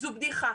זו בדיחה.